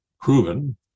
proven